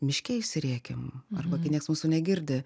miške išsirėkim arba kai nieks mūsų negirdi